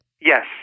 Yes